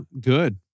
good